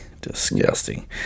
Disgusting